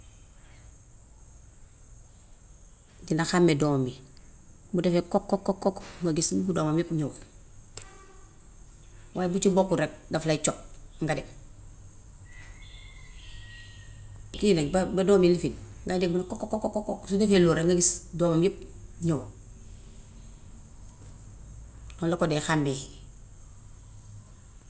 Dina xàmme doomam yi bu defee kok kok kok kok nga gis doomam yépp ñëw. Waaye bu ci bokkut rekk daf lay cob, nga dem. Kii nañ ba ba doom yi lifin ngay dégg mu ni kok kok kok. Su defee loolu rekk nga gis doomam yépp ñëw. Noon la ko dee xàmmee.